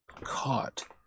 caught